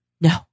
No